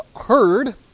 heard